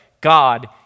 God